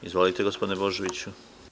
Izvolite, gospodine Božoviću.